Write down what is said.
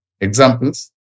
Examples